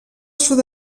sud